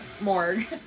morgue